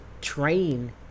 train